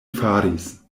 faris